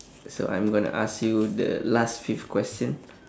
so I'm gonna ask you the last fifth question